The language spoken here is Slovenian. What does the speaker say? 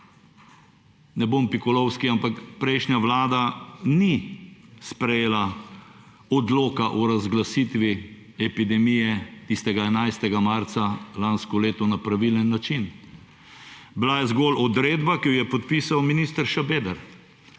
Ne bom pikolovski, ampak prejšnja vlada ni sprejela odloka o razglasitvi epidemije, tistega 11. marca lansko leto na pravilen način. Bila je zgolj odredba, ki jo je podpisal minister Šabeder.